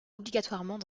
obligatoirement